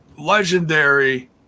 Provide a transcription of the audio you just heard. Legendary